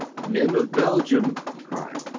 men of belgium, he cried,